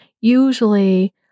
usually